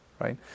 right